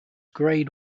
grade